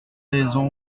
raisons